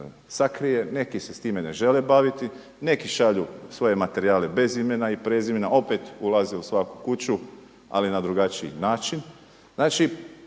Neki se time ne žele baviti, neki šalju svoje materijale bez imena i prezimena, opet ulaze u svaku kuću, ali na drugačiji način. Znači,